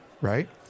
right